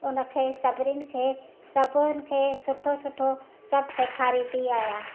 उनखे सभिनीनि खे सभिनि खे सुठो सुठो सभु सेखारींदी आहियां